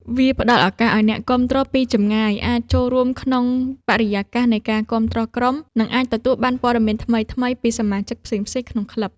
វាផ្តល់ឱកាសឱ្យអ្នកគាំទ្រពីចម្ងាយអាចចូលរួមក្នុងបរិយាកាសនៃការគាំទ្រក្រុម និងអាចទទួលបានព័ត៌មានថ្មីៗពីសមាជិកផ្សេងៗក្នុងក្លឹប។